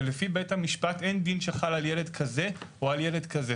ולפי בית המשפט אין דין שחל על ילד כזה או על ילד כזה.